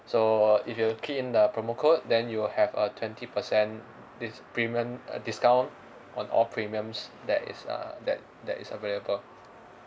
so if you key in the promo code then you will have a twenty percent dis~ premium uh discount on all premiums that is uh that that is available